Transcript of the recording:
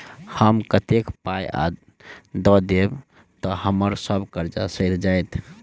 हम कतेक पाई आ दऽ देब तऽ हम्मर सब कर्जा सैध जाइत?